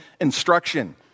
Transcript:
instruction